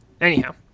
Anyhow